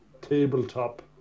tabletop